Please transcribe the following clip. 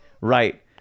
right